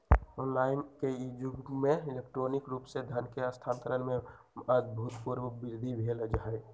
online के इ जुग में इलेक्ट्रॉनिक रूप से धन के स्थानान्तरण में अभूतपूर्व वृद्धि भेल हइ